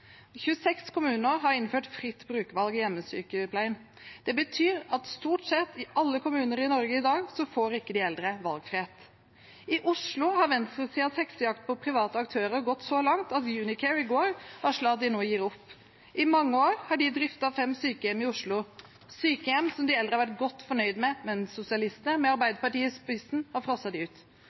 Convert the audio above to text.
26 kommuner har innført fritt brukervalg i hjemmesykepleien. Det betyr at i stort sett alle kommuner i Norge i dag får ikke de eldre valgfrihet. I Oslo har venstresidens heksejakt på private aktører gått så langt at Unicare i går varslet at de nå gir opp. I mange år har de driftet fem sykehjem i Oslo, sykehjem som de eldre har vært godt fornøyd med, men sosialistene, med Arbeiderpartiet i spissen, har frosset dem ut.